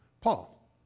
Paul